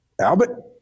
Albert